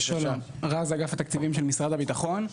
אני רז וינטר מאגף התקציבים, משרד הביטחון.